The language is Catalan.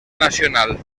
nacional